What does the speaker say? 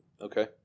Okay